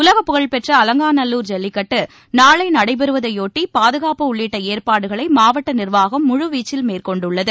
உலகபுகழ் பெற்ற அலங்காநல்லூர் ஜல்லிக்கட்டு நாளை நடைபெறுவதையொட்டி பாதுகாப்பு உள்ளிட்ட ஏற்பாடுகளை மாவட்ட நிர்வாகம் முழுவீச்சில் மேற்கொண்டுள்ளது